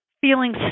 feeling